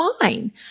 fine